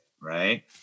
Right